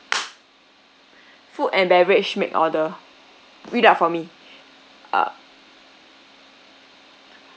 food and beverage make order read out for me ah